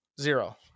Zero